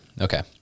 okay